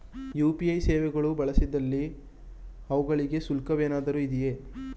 UPI ಸೇವೆಗಳು ಬಳಸಿದಲ್ಲಿ ಅವುಗಳಿಗೆ ಶುಲ್ಕವೇನಾದರೂ ಇದೆಯೇ?